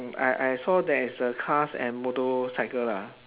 mm I I saw there is the cars and motorcycle lah